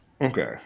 Okay